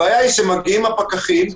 הבעיה היא שמגיעים הפקחים,